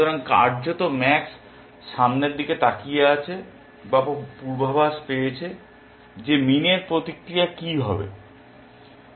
সুতরাং কার্যত ম্যাক্স সামনের দিকে তাকিয়ে আছে বা পূর্বাভাস পেয়েছে যে মিনের প্রতিক্রিয়া কী হবে